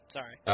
Sorry